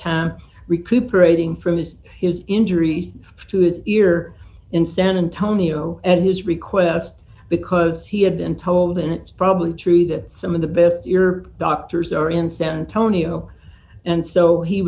time recuperating from his his injury to his ear in san antonio at his request because he had been told and it's probably true that some of the best your doctors are in san antonio and so he